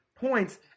points